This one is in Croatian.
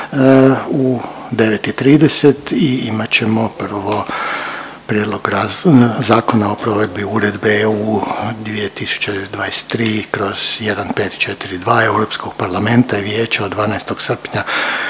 u 9,30 i imat ćemo prvo Prijedlog zakona o provedbi Uredbe EU 2023/1542 Europskog parlamenta i Vijeća od 12. srpnja